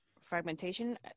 fragmentation